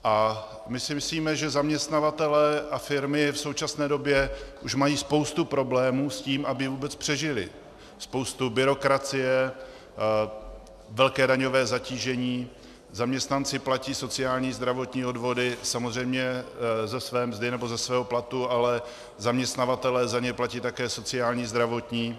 A my si myslíme, že zaměstnavatelé a firmy v současné době už mají spoustu problémů s tím, aby vůbec přežili, spoustu byrokracie, velké daňové zatížení, zaměstnanci platí sociální, zdravotní odvody samozřejmě ze své mzdy nebo ze svého platu, ale zaměstnavatelé za ně také platí sociální, zdravotní.